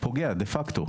פוגע דה פאקטו,